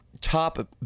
top